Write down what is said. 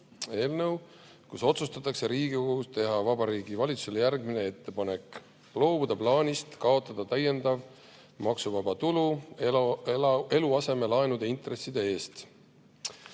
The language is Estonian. eelnõu, milles otsustatakse Riigikogus teha Vabariigi Valitsusele järgmine ettepanek: loobuda plaanist kaotada täiendav maksuvaba tulu eluasemelaenude intresside